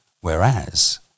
Whereas